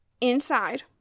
inside